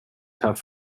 tough